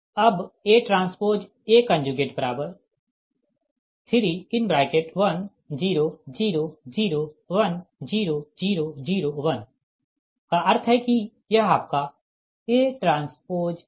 अब ATA31 0 0 0 1 0 0 0 1 का अर्थ है कि यह आपका ATA है